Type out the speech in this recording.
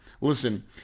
Listen